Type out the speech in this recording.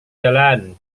jalan